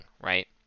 right